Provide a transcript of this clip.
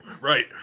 Right